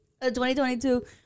2022